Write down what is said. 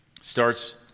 starts